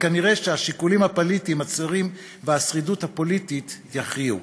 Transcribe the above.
וכנראה השיקולים הפוליטיים הצרים והשרידות הפוליטית יכריעו.